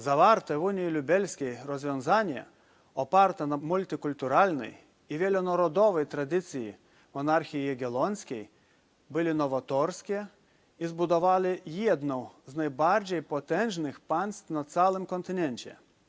Zawarte w unii lubelskiej rozwiązania, oparte na multikulturalnej i wielonarodowej tradycji monarchii Jagiellońskiej, były nowatorskie i zbudowały jedno z najbardziej potężnych państw na całym kontynencie.